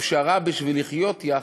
פשרה בשביל לחיות יחד,